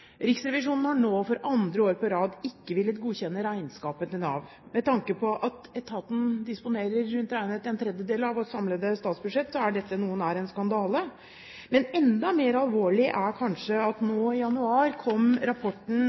Riksrevisjonen har nå for andre året på rad ikke villet godkjenne regnskapet til Nav. Med tanke på at etaten disponerer rundt regnet en tredel av vårt samlede statsbudsjett, er dette noe nær en skandale. Men enda mer alvorlig er det kanskje at rapporten som kom nå i januar,